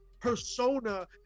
persona